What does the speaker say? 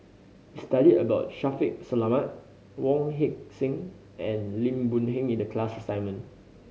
we studied about Shaffiq Selamat Wong Heck Sing and Lim Boon Heng in the class assignment